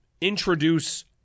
introduce